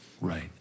right